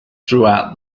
throughout